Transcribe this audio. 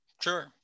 Sure